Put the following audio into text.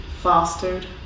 fostered